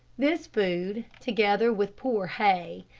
this food, together with poor hay,